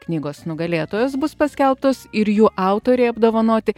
knygos nugalėtojos bus paskelbtos ir jų autoriai apdovanoti